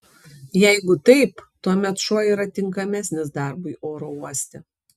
jeigu taip tuomet šuo yra tinkamesnis darbui oro uoste